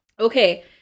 Okay